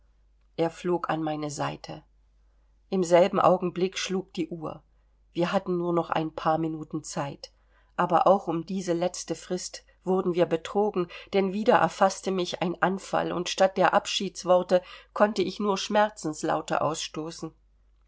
er flog an meine seite im selben augenblick schlug die uhr wir hatten nur noch ein paar minuten zeit aber auch um diese letzte frist wurden wir betrogen denn wieder erfaßte mich ein anfall und statt der abschiedsworte konnte ich nur schmerzenslaute ausstoßen